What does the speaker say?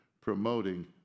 promoting